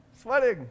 sweating